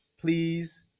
Please